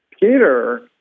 Peter